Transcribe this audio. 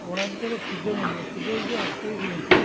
କୋଣାର୍କରେ ସୂର୍ଯ୍ୟମନ୍ଦିର ସୂର୍ଯ୍ୟ ଯିଏ ଅସ୍ତ ହୁଅନ୍ତି